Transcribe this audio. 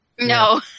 no